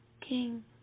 king